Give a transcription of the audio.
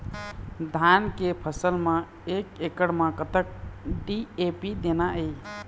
धान के फसल म एक एकड़ म कतक डी.ए.पी देना ये?